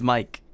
Mike